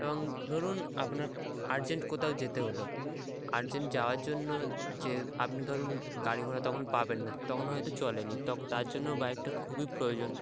এবং ধরুন আপনার আর্জেন্ট কোথাও যেতে হলো আর্জেন্ট যাওয়ার জন্য যে আপনি ধরুন গাড়ি ঘোড়া তখন পাবেন না তখন হয়তো চলেনি ত তার জন্য বাইকটা খুবই প্রয়োজন